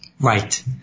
Right